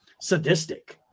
sadistic